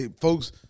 Folks